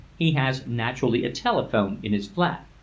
he has naturally a telephone in his flat.